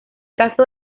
caso